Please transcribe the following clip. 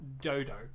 Dodo